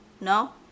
No